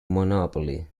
monopoly